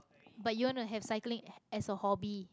but you want to have cycling a~ as a hobby